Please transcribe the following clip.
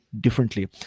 differently